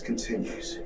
continues